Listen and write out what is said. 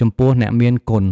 ចំពោះអ្នកមានគុណ។